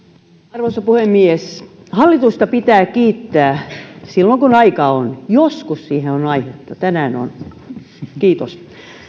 arvoisa puhemies hallitusta pitää kiittää silloin kun aika on joskus siihen on aihetta tänään on kiitos